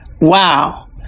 Wow